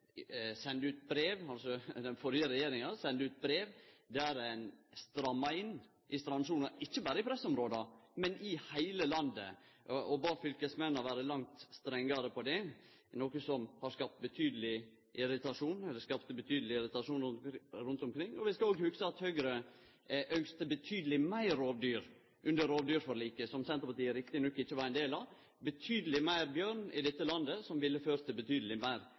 sende ut brev der ein stramma inn i strandsona, ikkje berre i pressområda, men i heile landet, og bad fylkesmennene vere langt strengare på det, noko som skapte betydeleg irritasjon rundt omkring. Vi skal òg hugse på at Høgre ynskte betydeleg meir rovdyr under rovdyrforliket – som Senterpartiet rett nok ikkje var ein del av – og betydeleg meir bjørn i dette landet, som ville ført til betydeleg